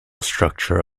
structure